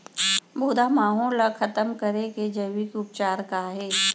भूरा माहो ला खतम करे के जैविक उपचार का हे?